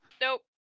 Nope